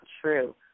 true